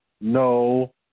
no